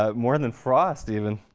ah more and than frost even,